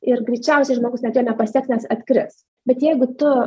ir greičiausiai žmogus net jo nepasieks nes atkris bet jeigu tu